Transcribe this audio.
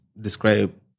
describe